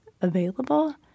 available